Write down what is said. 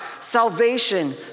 salvation